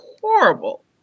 horrible